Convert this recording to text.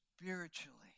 spiritually